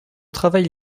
travail